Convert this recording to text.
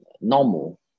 normal